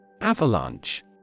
Avalanche